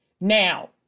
now